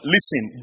Listen